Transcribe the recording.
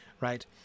Right